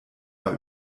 war